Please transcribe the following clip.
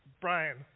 Brian